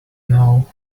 know